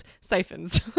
Siphons